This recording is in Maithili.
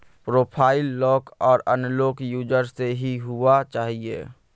प्रोफाइल लॉक आर अनलॉक यूजर से ही हुआ चाहिए